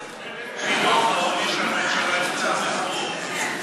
חלק מדוח הוועדה למלחמה בעוני שהממשלה אימצה פה.